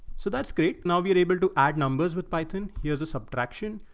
so that's great, now we are able to add numbers with python. here's a subtraction.